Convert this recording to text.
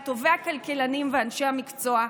עם טובי הכלכלנים ואנשי המקצוע.